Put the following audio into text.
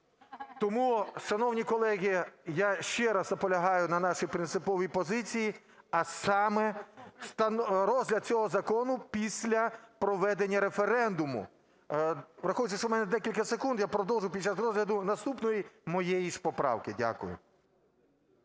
Тому, шановні колеги, я ще раз наполягаю на нашій принциповій позиції, а саме: розгляд цього закону після проведення референдуму. Враховуючи, що у мене декілька секунд, я продовжу під час розгляду наступної моєї ж поправки. Дякую.